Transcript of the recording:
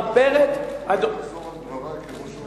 ברברת, תחזור על דברי כי,